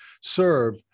serve